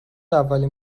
اولین